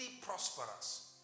prosperous